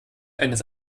eines